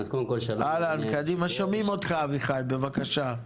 שומעים אותך אביחי, בבקשה.